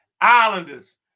Islanders